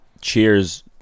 Cheers